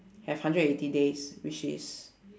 have hundred and eighty days which is